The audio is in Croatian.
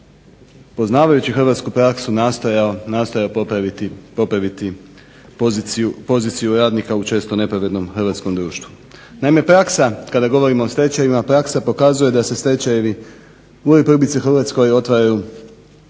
poznavajući hrvatsku praksu nastojao popraviti poziciju radnika u često nepravednom hrvatskom društvu. Naime, praksa kada govorimo o stečajevima, praksa pokazuje da se stečajevi u RH otvaraju